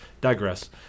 digress